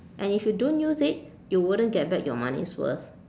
and if you don't use it you wouldn't get back your money's worth